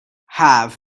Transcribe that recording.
have